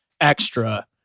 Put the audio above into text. extra